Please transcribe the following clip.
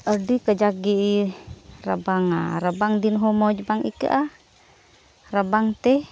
ᱟᱹᱰᱤ ᱠᱟᱡᱟᱠ ᱜᱮ ᱨᱟᱵᱟᱝᱼᱟ ᱨᱟᱵᱟᱝ ᱫᱤᱱ ᱦᱚᱸ ᱢᱚᱡᱽ ᱵᱟᱝ ᱟᱹᱭᱠᱟᱹᱜᱼᱟ ᱨᱟᱵᱟᱝᱛᱮ